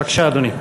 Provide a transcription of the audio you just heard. בבקשה, אדוני.